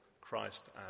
Christ